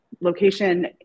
location